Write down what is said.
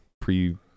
Pre